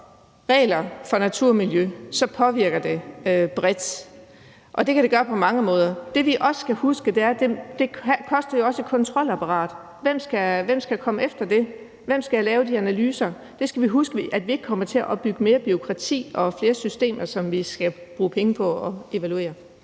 regler for natur og miljø, påvirker det bredt, og det kan det gøre på mange måder. Det, vi også skal huske, er, at det jo også koster et kontrolapparat, og hvem skal komme efter det? Hvem skal lave de analyser? Vi skal huske, at vi ikke skal komme til at bygge mere bureaukrati og flere systemer, som vi skal bruge penge på at evaluere.